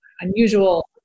unusual